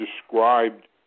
described